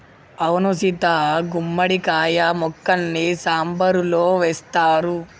అవును సీత గుమ్మడి కాయ ముక్కల్ని సాంబారులో వేస్తారు